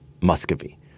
Muscovy